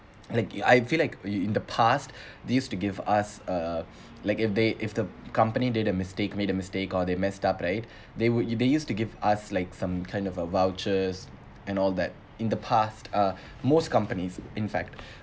like I feel like in in the past these to give us uh like if they if the company did a mistake made a mistake or they messed up right they would they used to give us like some kind of a vouchers and all that in the past uh most companies in fact